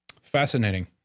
Fascinating